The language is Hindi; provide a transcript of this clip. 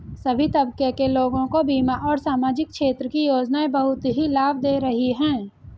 सभी तबके के लोगों को बीमा और सामाजिक क्षेत्र की योजनाएं बहुत ही लाभ दे रही हैं